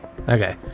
Okay